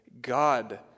God